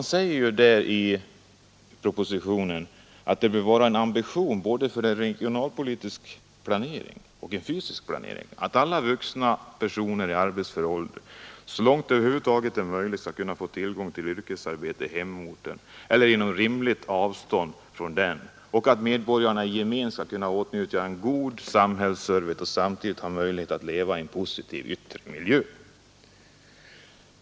Det sägs ju i propositionen ”att det bör vara en ambition både vid regionalpolitisk planering och vid fysisk planering att alla vuxna personer i arbetsför ålder så långt det över huvud taget är möjligt skall kunna få tillgång till yrkesarbete i hemorten eller inom rimligt avstånd från den och att medborgarna i gemen skall komma i åtnjutande av en god samhällsservice och samtidigt ha möjlighet att leva i en positiv yttre miljö”.